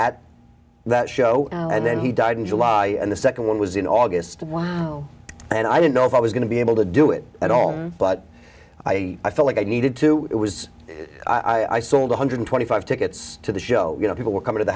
at that show and then he died in july and the nd one was in august wow and i didn't know if i was going to be able to do it at all but i i felt like i needed to it was i sold one hundred and twenty five tickets to the show you know people were coming to the